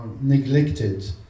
neglected